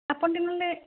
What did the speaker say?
ଆପଣ କେମିତି ଜାଣିଲେ